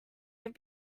have